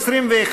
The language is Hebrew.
21,